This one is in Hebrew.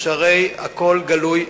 שהרי הכול גלוי בפניו.